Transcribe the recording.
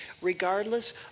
regardless